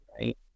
right